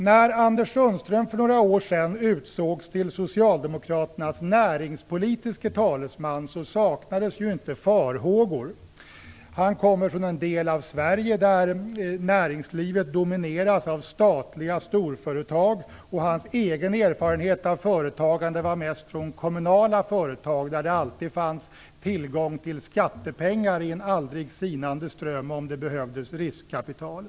När Anders Sundström för några år sedan utsågs till Socialdemokraternas näringspolitiske talesman saknades inte farhågor. Han kommer från en del av Sverige där näringslivet domineras av statliga storföretag. Han hade mest erfarenhet av företagande i kommunala företag, där det alltid fanns tillgång till skattepengar i en aldrig sinande ström om det behövdes riskkapital.